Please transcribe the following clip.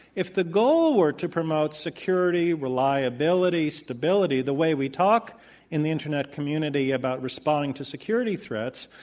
if the goal were to promote security, reliability, stability the way we talked in the internet community about responding to security threats,